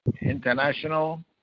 international